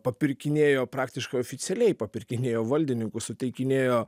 papirkinėjo praktiškai oficialiai papirkinėjo valdininkus suteikinėjo